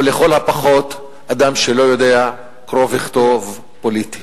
או לכל הפחות אדם שלא יודע קרוא וכתוב פוליטי.